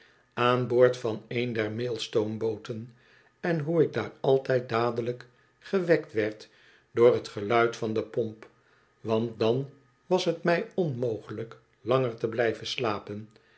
aan boord van een der mail stoombooten en hoe ik daar altijd dadelijk gewekt werd door het geluid van de pomp want dan was het mij onmogelijk langer te blijven slapen